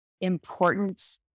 important